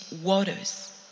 waters